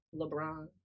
LeBron